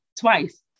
twice